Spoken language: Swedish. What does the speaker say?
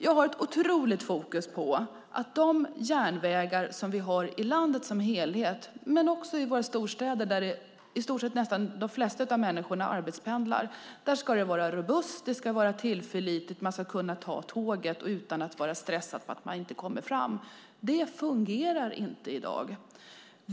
Jag har starkt fokus på att de järnvägar som vi har i landet som helhet, men också i våra storstäder där de flesta människor arbetspendlar, ska vara robusta och tillförlitliga. Man ska kunna ta tåget utan att vara stressad för att man kanske inte kommer fram. Det fungerar inte i dag.